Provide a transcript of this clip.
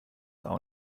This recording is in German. auch